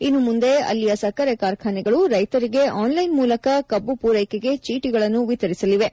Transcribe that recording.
ಇನ್ನು ಮುಂದೆ ಅಲ್ಲಿಯ ಸಕ್ಕರೆ ಕಾರ್ಖಾನೆಗಳು ರೈತರಿಗೆ ಆನ್ಲೈನ್ ಮೂಲಕ ಕಬ್ಬು ಪೂರೈಕೆಗೆ ಚೀಟಿಗಳನ್ನು ವಿತರಿಸಲಿವೆ